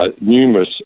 Numerous